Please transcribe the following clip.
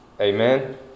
Amen